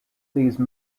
these